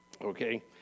Okay